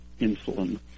insulin